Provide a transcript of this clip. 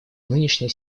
нынешняя